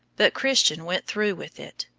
but christian went through with it,